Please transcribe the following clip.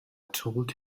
told